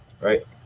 right